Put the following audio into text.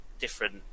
different